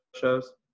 shows